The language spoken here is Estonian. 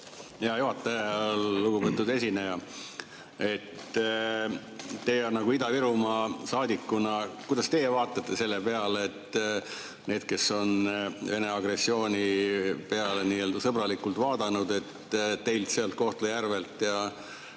ja lugupeetud esineja! Teie nagu Ida-Virumaa saadikuna, kuidas teie vaatate selle peale, et need, kes on Vene agressiooni peale nii-öelda sõbralikult vaadanud, tuleks teilt sealt Kohtla‑Järvelt ja